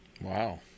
Wow